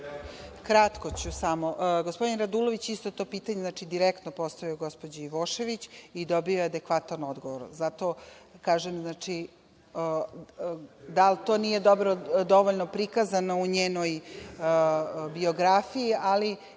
Kratko ću samo. Gospodin Radulović je isto to pitanje direktno postavio gospođi Ivošević i dobio je adekvatan odgovor. Zato kažem da li to nije dovoljno prikazano u njenoj biografiji, ali